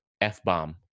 F-bomb